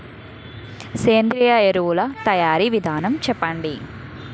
సేంద్రీయ ఎరువుల తయారీ విధానం చెప్పండి?